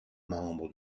membres